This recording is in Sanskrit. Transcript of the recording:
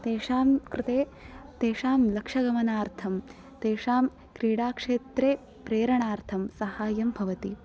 तेषां कृते तेषां लक्ष्यगमनार्थं तेषां क्रीडाक्षेत्रे प्रेरणार्थं साहाय्यं भवति